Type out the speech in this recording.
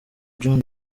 john